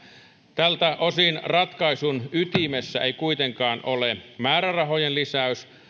tältä osin ratkaisun ytimessä ei kuitenkaan ole määrärahojen lisäys